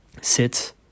sits